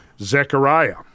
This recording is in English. Zechariah